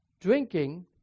Drinking